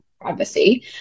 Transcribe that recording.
privacy